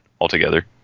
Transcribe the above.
altogether